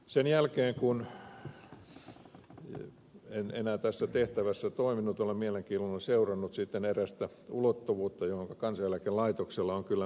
sen jälkeen kun en enää tässä tehtävässä ole toiminut olen mielenkiinnolla seurannut erästä ulottuvuutta johonka kansaneläkelaitoksella on kyllä merkittävä rooli